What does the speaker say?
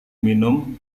minum